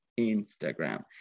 Instagram